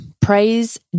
praise